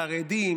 חרדים,